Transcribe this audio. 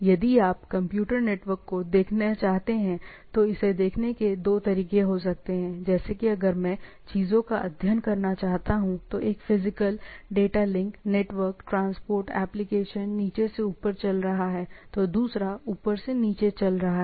यदि आप computer network को देखना चाहते हैं तो इसे देखने के दो तरीके हो सकते हैं जैसे कि अगर मैं चीजों का अध्ययन करना चाहता हूं तो एक physical data link network transport application नीचे से ऊपर चल रहा है तो दूसरा ऊपर से नीचे चल रहा है